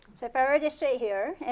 if i were to say here, and